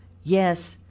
yes,